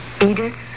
Edith